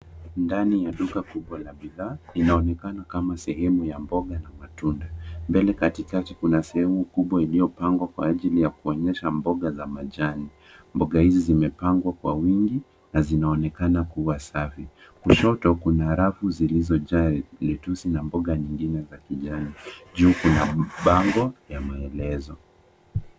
Ndani ya duka kubwa la bidhaa, inaonekana kama sehemu ya mboga na matunda. Mbele katikati kuna sehemu kubwa iliyopangwa, kwa ajili ya kuonyesha mboga za majani. Mboga hizi zimepangwa kwa wingi na zinaonekana kuwa safi. Kushoto kuna rafu zilizojaa letusi na mboga nyingine za kijani. Juu kuna bango ya maelezo.